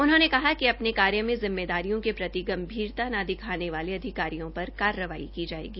उन्होंने कहा कि अपने कार्य में जिम्मेदारियों के प्रति गंभीरता न दिखाने वाले अधिकारियों पर कार्रवाई की जायेगी